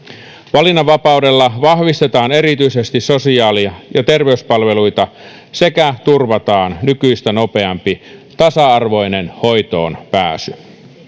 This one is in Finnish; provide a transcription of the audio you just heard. valinnanvapaudella vahvistetaan erityisesti sosiaali ja terveyspalveluita sekä turvataan nykyistä nopeampi tasa arvoinen hoitoonpääsy